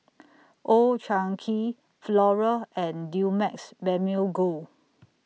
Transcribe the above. Old Chang Kee Flora and Dumex Mamil Gold